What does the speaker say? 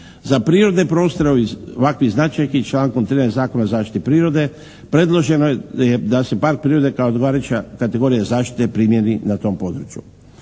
Za prirodne prostore ovakvih značajki člankom 13. Zakona o zaštiti prirode predloženo je da se park prirode kao odgovarajuća kategorija zaštite primjeni na tom području.